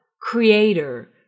Creator